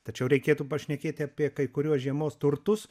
tačiau reikėtų pašnekėti apie kai kuriuos žiemos turtus